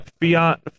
Fiat